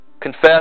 Confess